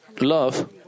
love